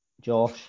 Josh